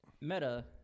Meta